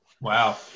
Wow